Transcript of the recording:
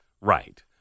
right